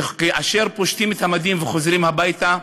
שכאשר פושטים את המדים וחוזרים הביתה,